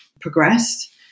progressed